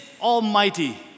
almighty